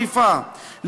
אזור חיפה,